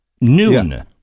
noon